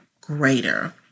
greater